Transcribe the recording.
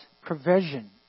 provision